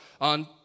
on